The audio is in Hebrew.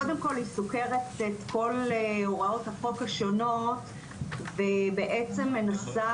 קודם כל היא סוקרת את כל הוראות החוק השונות ובעצם מנסה